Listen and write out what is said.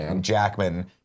Jackman